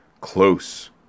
close